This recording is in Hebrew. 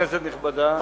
כנסת נכבדה,